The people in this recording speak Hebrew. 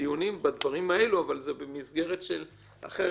למשל את עיקול המשכורת,